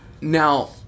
Now